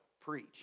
preach